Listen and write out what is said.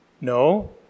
No